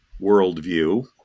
worldview